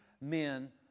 men